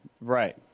right